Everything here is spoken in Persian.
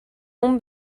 اون